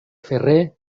ferrer